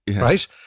right